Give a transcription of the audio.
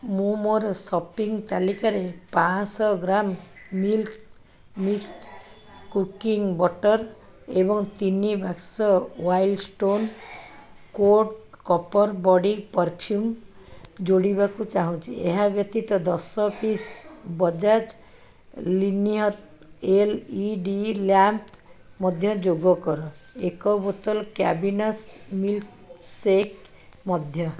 ମୁଁ ମୋର ଶପିଙ୍ଗ ତାଲିକାରେ ପାଞ୍ଚ ଶହ gram milk mist cooking butter ଏବଂ ତିନି ବାକ୍ସ wild stone code copper body perfume ଯୋଡ଼ିବାକୁ ଚାହୁଁଛି ଏହା ବ୍ୟତୀତ ଦଶ piece Bajaj linear L E D lamp ମଧ୍ୟ ଯୋଗ କର ଏକ ବୋତଲ କ୍ୟାବିନସ୍ ମିଲ୍କ ଶେକ୍ ମଧ୍ୟ